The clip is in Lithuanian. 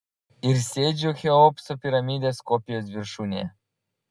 ir sėdžiu cheopso piramidės kopijos viršūnėje